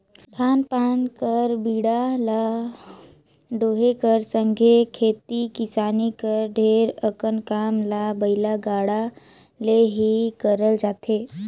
धान पान कर बीड़ा ल डोहे कर संघे खेती किसानी कर ढेरे अकन काम ल बइला गाड़ा ले ही करल जाथे